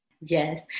Yes